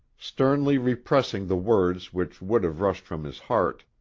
sternly repressing the words which would have rushed from his heart,